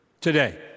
today